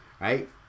right